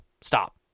Stop